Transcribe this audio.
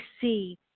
see